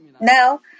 Now